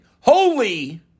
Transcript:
holy